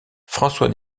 françois